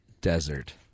Desert